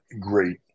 great